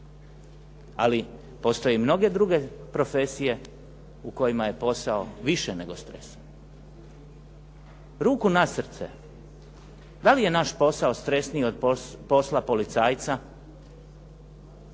Ali postoje mnoge druge profesije u kojima je posao više nego stresan. Ruku na srce, da li je naš posao stresniji od posla policajca?